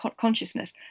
consciousness